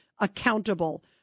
accountable